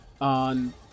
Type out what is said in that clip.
on